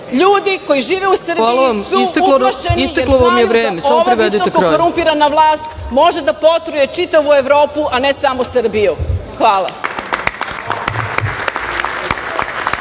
koji žive u Srbiji su uplašeni jer znaju da ova visoko korumpirana vlast može da potruje čitavu Evropu, a ne samo Srbiju. Hvala.